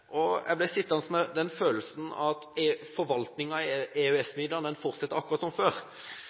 jeg ble sittende med den følelsen at forvaltningen av EØS-midlene fortsetter akkurat som før.